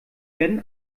werden